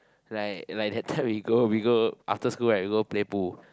right like that time we go we go after school right we go play pool